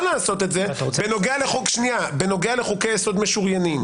לעשות את זה בנוגע לחוקי יסוד משוריינים.